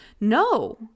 no